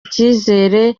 icyizere